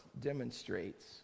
demonstrates